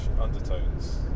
undertones